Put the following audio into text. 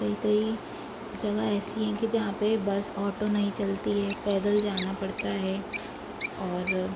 कई कई जगह ऐसी है की जहाँ पे बस और ऑटो नहीं चलती है पैदल जाना पड़ता है और